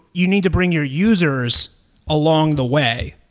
you need to bring your users along the way,